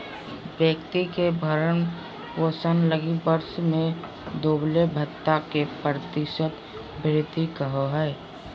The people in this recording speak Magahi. व्यक्ति के भरण पोषण लगी वर्ष में देबले भत्ता के वार्षिक भृति कहो हइ